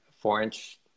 four-inch